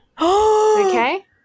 Okay